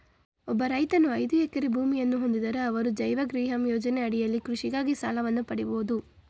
ಒಬ್ಬ ರೈತನು ಐದು ಎಕರೆ ಭೂಮಿಯನ್ನ ಹೊಂದಿದ್ದರೆ ಅವರು ಜೈವ ಗ್ರಿಹಮ್ ಯೋಜನೆ ಅಡಿಯಲ್ಲಿ ಕೃಷಿಗಾಗಿ ಸಾಲವನ್ನು ಪಡಿಬೋದು